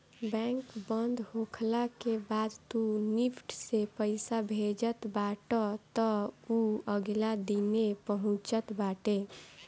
bank बंद होखला के बाद तू निफ्ट से पईसा भेजत बाटअ तअ उ अगिला दिने पहुँचत बाटे